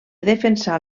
defensar